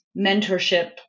mentorship